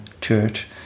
church